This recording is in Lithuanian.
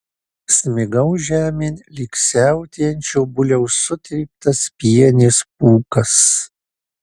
smigau žemėn lyg siautėjančio buliaus sutryptas pienės pūkas